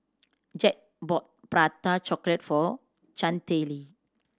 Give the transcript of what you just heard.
Jed bought Prata Chocolate for Chantelle